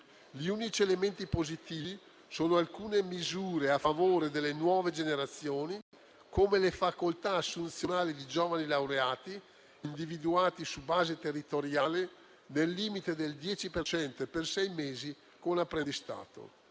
Gli unici elementi positivi sono alcune misure a favore delle nuove generazioni, come le facoltà assunzionali di giovani laureati, individuati su base territoriale, nel limite del 10 per cento e per sei mesi con apprendistato,